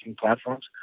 platforms